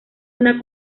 una